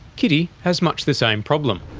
kitty has much the same problem.